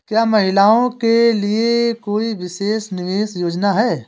क्या महिलाओं के लिए कोई विशेष निवेश योजना है?